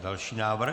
Další návrh?